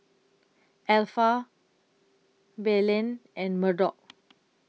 Alpha Belen and Murdock